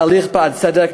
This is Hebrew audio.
תהליך בעד צדק,